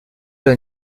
dans